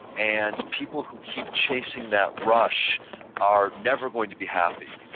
and people who keep chasing that rush are never going to be happy.